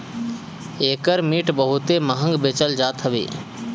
एकर मिट बहुते महंग बेचल जात हवे